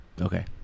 Okay